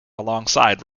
alongside